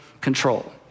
control